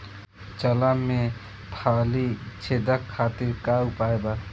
चना में फली छेदक खातिर का उपाय बा?